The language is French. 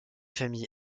famille